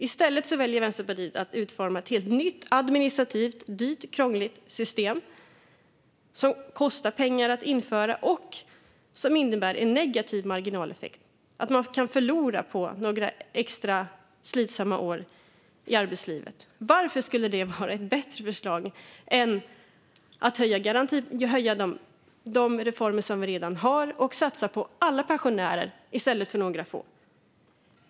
I stället väljer Vänsterpartiet att utforma ett helt nytt administrativt dyrt och krångligt system som kostar pengar att införa och som innebär en negativ marginaleffekt där man kan förlora på några extra slitsamma år i arbetslivet. Varför skulle det vara ett bättre förslag än att höja de reformer som vi redan har och satsa på alla pensionärer i stället för på några få?